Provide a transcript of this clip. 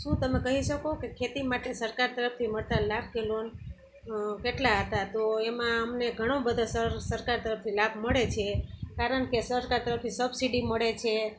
શું તમે કહી શકો કે ખેતી માટે સરકાર તરફથી મળતા લાભ કે લોન કેટલા હતા તો એમાં અમને ઘણો બધો સર સરકાર તરફથી લાભ મળે છે કારણ કે સરકાર તરફથી સબસિડી મળે છે